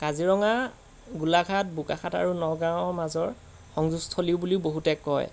কাজিৰঙা গোলাঘাট বোকাখাত আৰু নগাঁৱৰ মাজৰ সংযোগস্থলী বুলিও বহুতে কয়